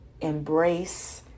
embrace